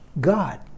God